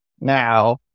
Now